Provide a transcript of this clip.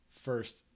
first